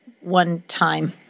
one-time